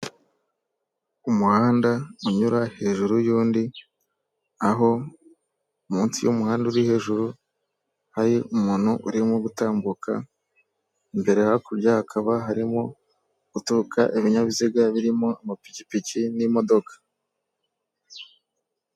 Umuhanda unyura hejuru y'undi aho munsi y'umuhanda uri hejuru hari umuntu urimo gutambuka imbere hakurya hakaba harimo guturuka ibinyabiziga birimo amapikipiki n'imodoka .